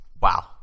wow